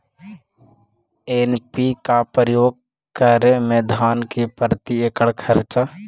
NPK का प्रयोग करे मे धान मे प्रती एकड़ खर्चा?